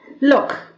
Look